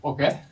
Okay